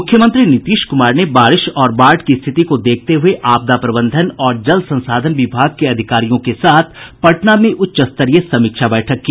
मूख्यमंत्री नीतीश क्मार ने बारिश और बाढ़ की स्थिति को देखते हुए आपदा प्रबंधन और जल संसाधन विभाग के अधिकारियों के साथ पटना में उच्च स्तरीय समीक्षा बैठक की